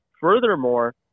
furthermore